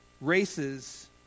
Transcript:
races